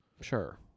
sure